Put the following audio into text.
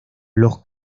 los